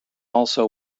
also